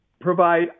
provide